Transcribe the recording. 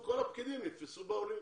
כל הפקידים נתפסו בעולים.